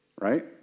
right